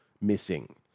missing